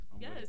Yes